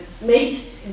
make